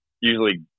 usually